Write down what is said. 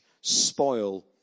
spoil